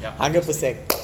ya obviously